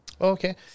Okay